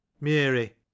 Mary